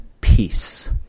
peace